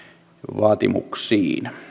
vaatimuksiin